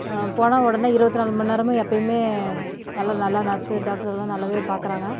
போனால் உடனே இருபத்து நாலு மணி நேரமும் எப்போயுமே எல்லா நல்லா நர்ஸு டாக்டரு எல்லாம் நல்லாவே பார்க்கறாங்க